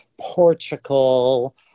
portugal